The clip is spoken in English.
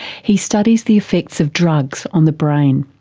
he studies the effects of drugs on the brain.